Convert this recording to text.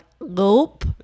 Nope